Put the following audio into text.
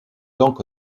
donc